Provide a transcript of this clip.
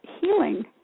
healing